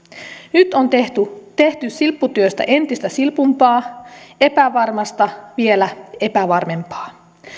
nyt on tehty tehty silpputyöstä entistä silpumpaa epävarmasta vielä epävarmempaa